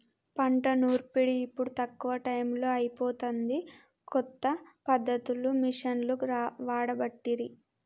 పంట నూర్పిడి ఇప్పుడు తక్కువ టైములో అయిపోతాంది, కొత్త పద్ధతులు మిషిండ్లు వాడబట్టిరి